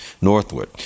northward